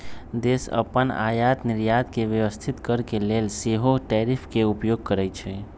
देश अप्पन आयात निर्यात के व्यवस्थित करके लेल सेहो टैरिफ के उपयोग करइ छइ